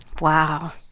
wow